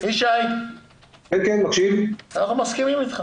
אנחנו מסכימים אתך.